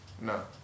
No